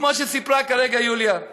כמו שסיפרה כרגע יוליה,